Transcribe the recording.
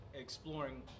exploring